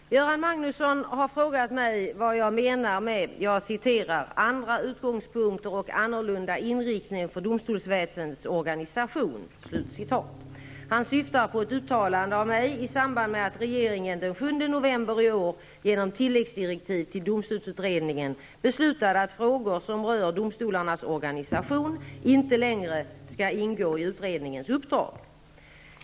Fru talman! Göran Magnusson har frågat mig vad jag menar med -- jag citerar -- ''andra utgångspunkter och annorlunda inriktning för domstolsväsendets organisation'' -- slut citat. Han syftar på ett uttalande av mig i samband med att regeringen den 7 november i år genom tilläggsdirektiv till domstolsutredningen beslutade att frågor som rör domstolarnas organisation inte längre skall ingå i utredningens uppdrag.